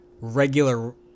regular